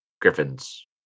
griffins